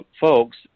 folks